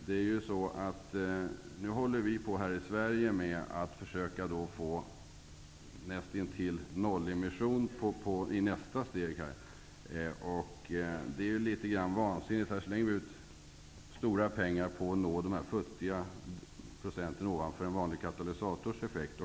Nästa steg för oss i Sverige är att försöka uppnå nästintill nollemission. Det är litet vansinnigt. Vi slänger ut stora pengar på att nå dessa futtiga procent över en vanlig katalysators effekt.